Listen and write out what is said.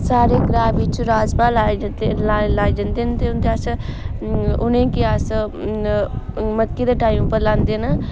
साढ़े ग्रांऽ बिच्च राज़मा लाए जंदे न लाए जंदे न ते उं'दे अस्तै उ'नेंगी अस मक्की दे टाइम उप्पर लांदे न